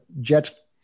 Jets